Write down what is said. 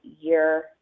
year